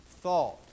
thought